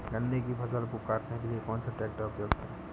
गन्ने की फसल को काटने के लिए कौन सा ट्रैक्टर उपयुक्त है?